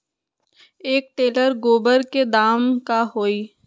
एक टेलर गोबर के दाम का होई?